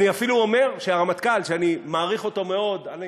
אני אפילו אומר שהרמטכ"ל, שאני מעריך מאוד, אני